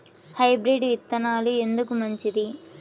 Hybrid విత్తనాలు ఎందుకు మంచిది?